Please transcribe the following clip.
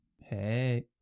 Hey